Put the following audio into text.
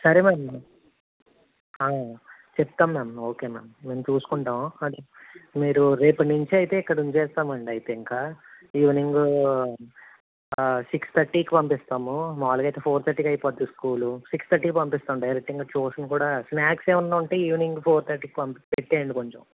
సరే మ్యామ్ చెప్తాం ma'am okay ma'am మేము చూసుకుంటాము మీరు రేపటి నుంచైతే ఇక్కడ ఉంచేస్తామండి అయితే ఇంకా ఈవినింగ్ సిక్స్ తర్టీకి పంపిస్తాము మాములుగా అయితే ఫోర్ తర్టీకి అయిపోతుంది స్కూల్ సిక్స్ తర్టీకి పంపిస్తాం డైరెక్ట్ ఇంకా ట్యూషన్ కూడా స్న్యాక్స్ ఏమన్నా ఉంటే ఈవినింగ్ ఫోర్ తర్టీకి పమ్ పెట్టేయండి కొంచెం